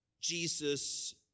Jesus